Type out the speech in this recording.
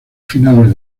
finales